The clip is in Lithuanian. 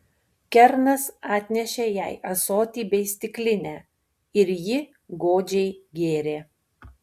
kernas atnešė jai ąsotį bei stiklinę ir ji godžiai gėrė